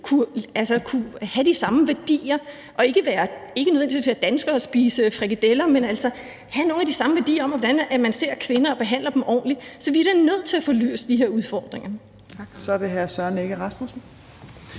kunne have de samme værdier – ikke nødvendigvis være dansker og spise frikadeller, men altså have nogle af de samme værdier om, hvordan man ser kvinder og behandler dem ordentligt. Så vi er da nødt til at få løst de her udfordringer. Kl. 18:17 Fjerde næstformand